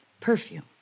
Perfume